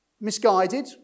Misguided